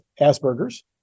Asperger's